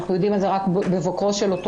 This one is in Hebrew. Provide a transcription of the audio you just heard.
אנחנו יודעים את זה רק בבוקרו של אותו